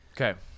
Okay